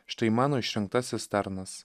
štai mano išrinktasis tarnas